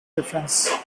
defence